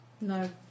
no